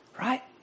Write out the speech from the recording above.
Right